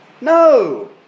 No